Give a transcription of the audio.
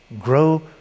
Grow